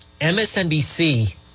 MSNBC